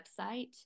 website